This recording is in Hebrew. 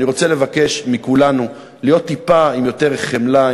אני רוצה לבקש מכולנו להיות טיפה עם יותר חמלה,